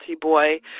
Boy